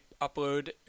upload